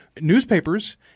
Newspapers